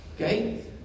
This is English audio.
okay